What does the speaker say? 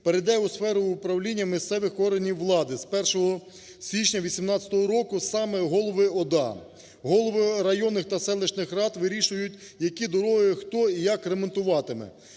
перейде у сферу управління місцевих органів влади. З 1 січня 18 року саме голови ОДА, голови районних та селищних рад вирішують як дороги, хто і як ремонтуватиме.